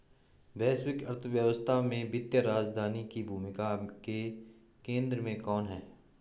वैश्विक अर्थव्यवस्था में वित्तीय राजधानी की भूमिका के केंद्र में कौन है?